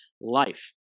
life